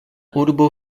urbo